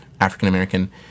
African-American